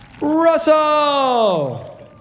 Russell